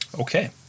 Okay